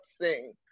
sing